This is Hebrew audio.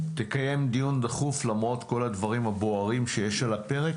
תקיים דיון דחוף למרות כל הדברים הבוערים שיש על הפרק.